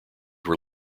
were